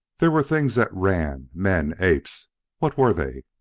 there were things that ran men apes what were they?